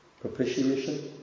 propitiation